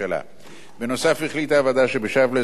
בנוסף החליטה הוועדה שבשלב זה לא כל גורמי